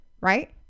right